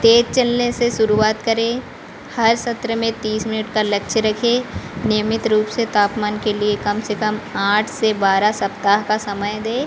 तेज चलने से शुरुआत करें हर सत्र में तीस मिनट का लक्ष्य रखें नियमित रूप में तापमान के लिए कम से कम आठ से बारह सप्ताह का समय दें